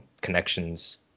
connections